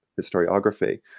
historiography